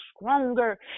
stronger